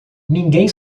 ninguém